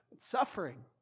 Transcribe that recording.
suffering